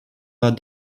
pas